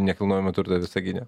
nekilnojamą turtą visagine